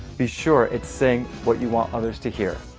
be sure it's saying what you want others to hear.